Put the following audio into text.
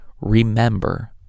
Remember